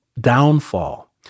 downfall